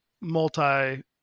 multi